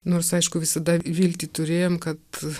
nors aišku visada viltį turėjom kad